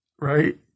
Right